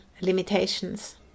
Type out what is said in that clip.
limitations